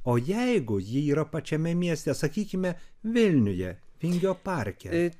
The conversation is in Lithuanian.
o jeigu ji yra pačiame mieste sakykime vilniuje vingio parke